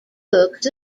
books